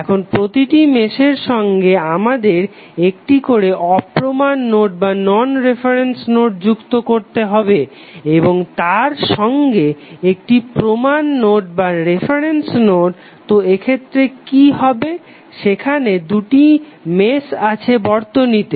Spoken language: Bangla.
এখন প্রতিটি মেশের সঙ্গে আমাদের একটি করে অপ্রমান নোড যুক্ত করতে হবে এবং তার সঙ্গে একটি করে প্রমান নোড তো এক্ষেত্রে কি হবে সেখানে দুটি মেশ আছে বর্তনীতে